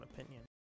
opinion